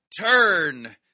turn